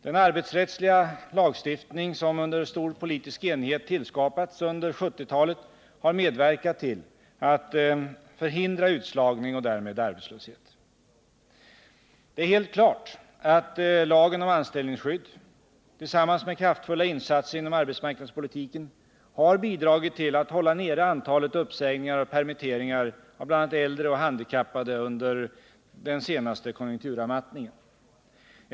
Den arbetsrättsliga lagstiftning som under stor politisk enighet tillskapats under 1970-talet har medverkat till att förhindra utslagning och därmed arbetslöshet. Det är helt klart att lagen om anställningsskydd, tillsammans med kraftfulla insatser inom arbetsmarknadspolitiken, har bidragit till att hålla nere antalet uppsägningar och permitteringar av bl.a. äldre och handikappade under den senaste konjunkturavmattningen.